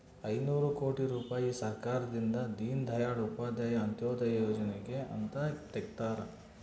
ಐನೂರ ಕೋಟಿ ರುಪಾಯಿ ಸರ್ಕಾರದಿಂದ ದೀನ್ ದಯಾಳ್ ಉಪಾಧ್ಯಾಯ ಅಂತ್ಯೋದಯ ಯೋಜನೆಗೆ ಅಂತ ತೆಗ್ದಾರ